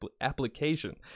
application